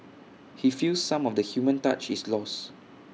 he feels some of the human touch is lost